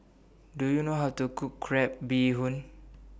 Do YOU know How to Cook Crab Bee Hoon